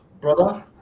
brother